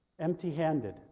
empty-handed